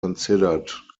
considered